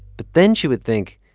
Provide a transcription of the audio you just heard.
but then she would think,